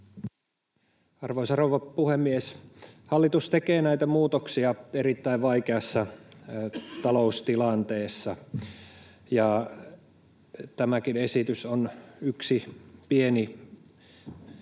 Arvoisa rouva puhemies! Hallitus tekee näitä muutoksia erittäin vaikeassa taloustilanteessa. Tämäkin esitys on yksi pieni muutos